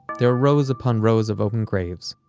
there were rows upon rows of open graves,